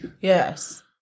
Yes